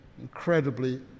incredibly